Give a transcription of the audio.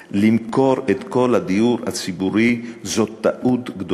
למכור את כל הדיור הציבורי זאת טעות גדולה מאוד.